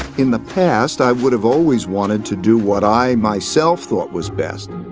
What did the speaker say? in the past, i would have always wanted to do what i, myself, thought was best.